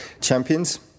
Champions